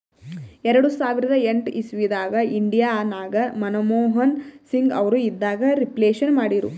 ಎರಡು ಸಾವಿರದ ಎಂಟ್ ಇಸವಿದಾಗ್ ಇಂಡಿಯಾ ನಾಗ್ ಮನಮೋಹನ್ ಸಿಂಗ್ ಅವರು ಇದ್ದಾಗ ರಿಫ್ಲೇಷನ್ ಮಾಡಿರು